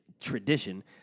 tradition